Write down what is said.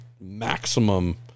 maximum